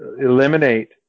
eliminate